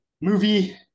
movie